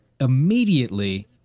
immediately